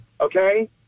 Okay